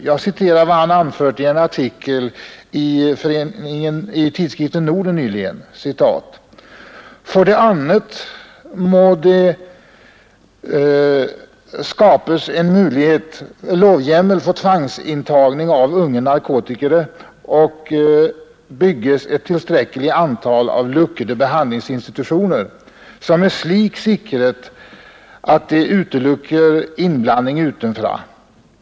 Jag citerar vad han nyligen har anfört i en artikel i tidskriften Nordisk kontakt: ”For det annet må det besorges lovhjemmel for tvangsinnlegging av unge narkotikere og bygges et tilstrekkelig antall av lukkede behandlingsinstitusjoner som er slik sikret at de utelukker innblandning ——— utenfra.